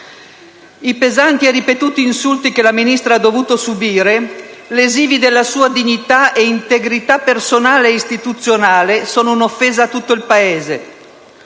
I pesanti e ripetuti insulti che la Ministra ha dovuto subire, lesivi della sua dignità e integrità personale e istituzionale, sono un'offesa per tutto il Paese,